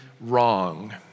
wrong